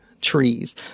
trees